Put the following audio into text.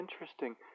interesting